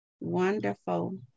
Wonderful